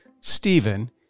Stephen